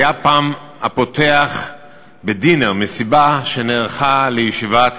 היה פעם ה"פותח" בדינר, מסיבה שנערכה לישיבת